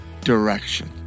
direction